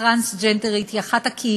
הקהילה הטרנסג'נדרית היא אחת הקהילות,